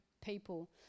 people